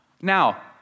Now